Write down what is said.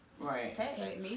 Right